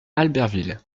albertville